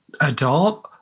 adult